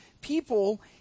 people